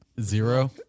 Zero